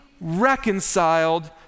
reconciled